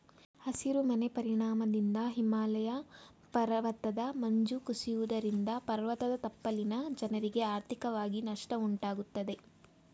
ಹಸಿರು ಮನೆ ಪರಿಣಾಮದಿಂದ ಹಿಮಾಲಯ ಪರ್ವತದ ಮಂಜು ಕುಸಿಯುವುದರಿಂದ ಪರ್ವತದ ತಪ್ಪಲಿನ ಜನರಿಗೆ ಆರ್ಥಿಕವಾಗಿ ನಷ್ಟ ಉಂಟಾಗುತ್ತದೆ